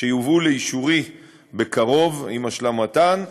והן יובאו לאישורי בקרוב, עם השלמתן.